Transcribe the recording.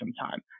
sometime